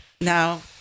now